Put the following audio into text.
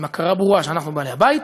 עם הכרה ברורה שאנחנו בעלי הבית